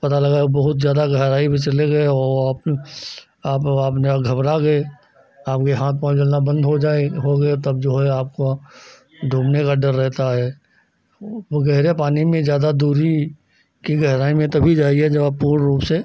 पता लगा बहुत ज़्यादा गहराई में चले गए और आप आप आप न घबरा गए आपके हाथ पाँव चलना बंद हो जाऍं हो गया तब जो है आपका डूबने का डर रहता है वह वह गहरे पानी में ज़्यादा दूरी की गहराई में तभी जाइए जब आप पूर्ण रूप से